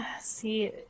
see